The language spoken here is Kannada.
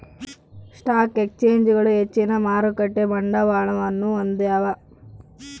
ಸ್ಟಾಕ್ ಎಕ್ಸ್ಚೇಂಜ್ಗಳು ಹೆಚ್ಚಿನ ಮಾರುಕಟ್ಟೆ ಬಂಡವಾಳವನ್ನು ಹೊಂದ್ಯಾವ